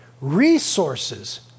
resources